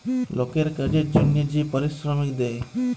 লকের কাজের জনহে যে পারিশ্রমিক দেয়